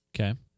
Okay